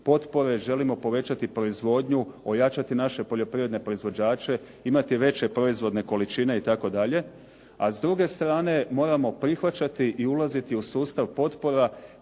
potpore, želimo povećati proizvodnju, ojačati naše poljoprivredne proizvođače, imati veće proizvodne količine itd.. A s druge strane moramo prihvaćati i ulaziti u sustav potpora